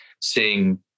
seeing